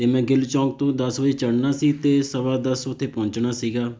ਅਤੇ ਮੈਂ ਗਿੱਲ ਚੌਕ ਤੋਂ ਦਸ ਵਜੇ ਚੜਨਾ ਸੀ ਅਤੇ ਸਵਾ ਦਸ ਉੱਥੇ ਪਹੁੰਚਣਾ ਸੀਗਾ